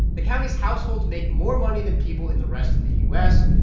the county's households make more money than people in the rest of the u s.